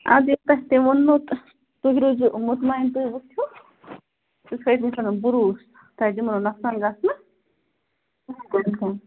اَدٕ ییٚلہِ تۅہہِ تٔمۍ ووٚننو تہٕ تُہۍ روٗزِو مُطمعیٖن تُہۍ وُِچھِو تُہۍ تھٲوِو مےٚ پٮ۪ٹھُ بروٗسہٕ تۄہہِ دِمہو نہٕ نۄقصان گژھنہٕ